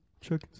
check